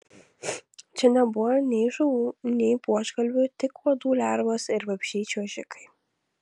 čia nebuvo nei žuvų nei buožgalvių tik uodų lervos ir vabzdžiai čiuožikai